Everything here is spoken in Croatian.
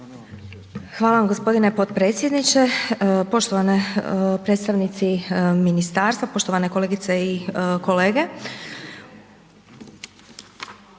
Hvala gospodine potpredsjedniče. Poštovani predstavnici ministarstva, poštovane kolegice i kolege.